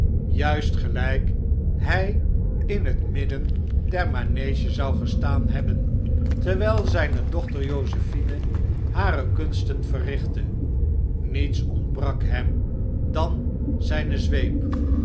juist gelijk hij in het midden der manege zou gestaan hebben terwijl zijne dochter josephine hare kunsten verrichtte mets ontbrak hem dan zijne zweep